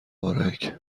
مبارک